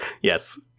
Yes